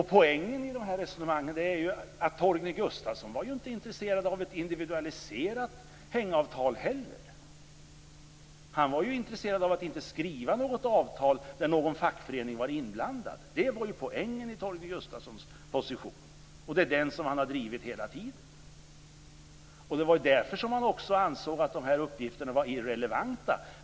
Poängen i resonemangen är att Torgny Gustafsson inte heller var intresserad av ett individualiserat hängavtal. Han var intresserad av att inte skriva något avtal där någon fackförening var inblandad. Det var poängen i Torgny Gustafssons position, och det är den som han hela tiden har drivit. Det var därför som man ansåg att dessa uppgifter var irrelevanta.